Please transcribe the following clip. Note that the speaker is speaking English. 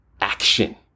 action